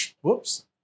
Whoops